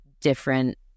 different